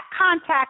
contact